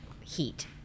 heat